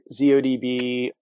Zodb